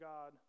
God